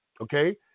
okay